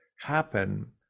happen